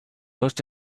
most